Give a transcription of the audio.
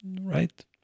right